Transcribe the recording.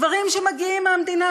דברים שמגיעים מהמדינה,